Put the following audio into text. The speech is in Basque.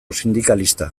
sindikalista